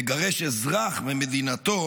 לגרש אזרח ממדינת,